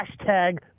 hashtag